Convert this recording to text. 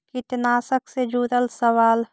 कीटनाशक से जुड़ल सवाल?